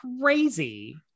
crazy